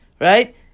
right